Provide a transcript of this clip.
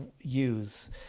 use